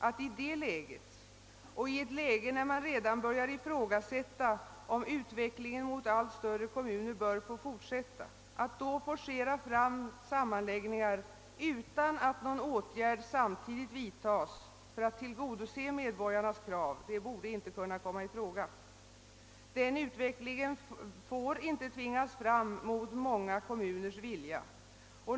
Att i det läget och i ett läge, där man redan börjar ifrågasätta om utvecklingen mot allt större kommuner bör få fortsätta, forcera fram sammanläggningar utan att någon åtgärd samtidigt vidtas för att tillgodose medborgarnas krav borde inte få komma i fråga. Den utvecklingen får inte tvingas fram mot många kommuners vilja.